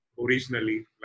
Originally